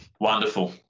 Wonderful